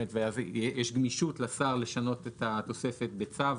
ואז יש גמישות לשר לשנות את התוספת בצו,